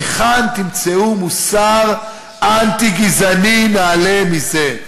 היכן תמצאו מוסר אנטי-גזעני נעלה מזה?"